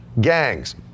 gangs